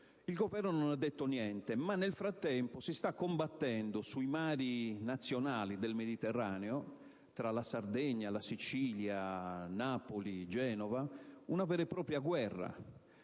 il Governo non ha detto niente, ma nel frattempo si sta combattendo sui mari nazionali del Mediterraneo, tra la Sardegna, la Sicilia, Napoli e Genova una vera e propria guerra;